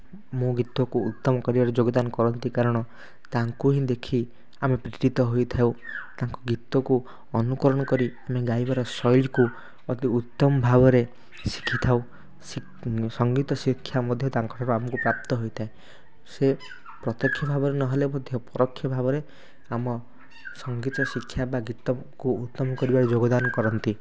ମୋ ଗୀତକୁ ଉତ୍ତମ କରିବାକୁ ଯୋଗଦାନ କରନ୍ତି କାରଣ ତାଙ୍କୁ ହିଁ ଦେଖି ଆମେ ପ୍ରେରିତ ହୋଇଥାଉ ତାଙ୍କ ଗୀତକୁ ଅନୁକରଣ କରି ଆମେ ଗାଇବାର ଶୈଳୀକୁ ଅତି ଉତ୍ତମ ଭାବରେ ଶିଖିଥାଉ ସଙ୍ଗୀତ ଶିକ୍ଷା ମଧ୍ୟ ତାଙ୍କଠୁ ଆମକୁ ପ୍ରାପ୍ତ ହୋଇଥାଏ ସେ ପ୍ରତ୍ୟକ୍ଷ ଭାବରେ ନହେଲେ ମଧ୍ୟ ପରୋକ୍ଷ ଭାବରେ ଆମ ସଙ୍ଗୀତ ଶିକ୍ଷା ବା ଗୀତକୁ ଉତ୍ତମ କରିବାରେ ଯୋଗଦାନ କରନ୍ତି